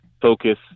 Focus